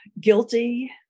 guilty